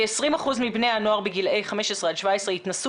כ-20% מבני הנוער בגילאי 15 עד 17 התנסו